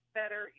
better